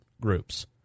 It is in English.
groups